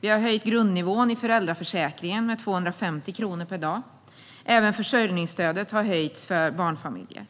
Vi har höjt grundnivån i föräldraförsäkringen med 250 kronor per dag. Även försörjningsstödet har höjts för barnfamiljer.